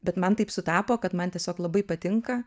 bet man taip sutapo kad man tiesiog labai patinka